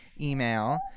email